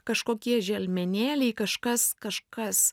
kažkokie želmenėliai kažkas kažkas